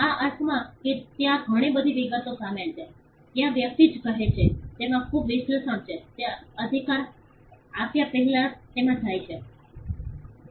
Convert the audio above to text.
આ અર્થમાં કે ત્યાં ઘણી બધી વિગતો શામેલ છે ત્યાં વ્યક્તિ જે કહે છે તેનામાં ખૂબ વિશ્લેષણ છે જે તે અધિકાર આપ્યા પહેલા તેમાં જાય છે